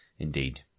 Indeed